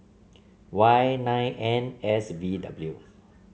Y nine N S V W